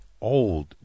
old